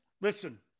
Listen